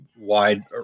wide